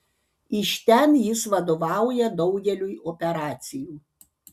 iš ten jis vadovauja daugeliui operacijų